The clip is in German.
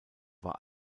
war